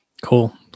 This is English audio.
Cool